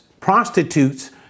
prostitutes